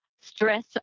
Stress